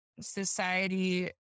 society